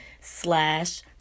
slash